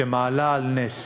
שמעלה על נס